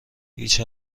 هیچ